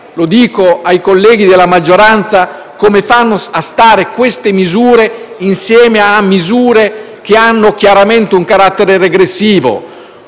(lo dico ai colleghi della maggioranza): come fanno queste misure a stare insieme ad altre che hanno chiaramente un carattere regressivo?